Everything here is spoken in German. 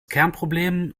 kernproblem